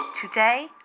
today